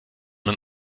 man